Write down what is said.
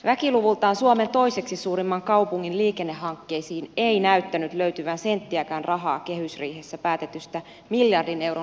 väkiluvultaan suomen toiseksi suurimman kaupungin liikennehankkeisiin ei näyttänyt löytyvän senttiäkään rahaa kehysriihessä päätetyistä miljardin euron liikennehankkeista